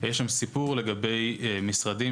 יש שם סיפור לגבי משרדים,